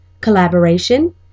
collaboration